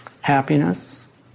Happiness